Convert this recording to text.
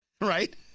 right